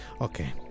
Okay